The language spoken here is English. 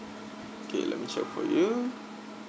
okay let me check for you